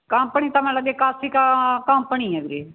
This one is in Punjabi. ਕੰਪਨੀ ਤਾਂ ਮਤਲਬ ਕਲਸੀ ਕ ਕੰਪਨੀ ਹੈ ਵੀਰੇ